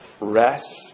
Rest